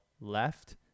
left